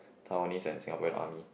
Taiwanese and Singaporean army